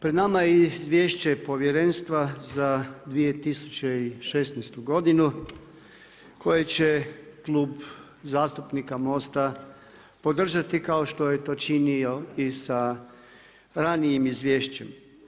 Pred nama je i Izvješće povjerenstva za 2016. godinu koje će Klub zastupnika MOST-a podržati kao što je to činio i sa ranijim izvješćem.